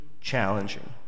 challenging